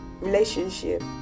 relationship